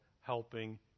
helping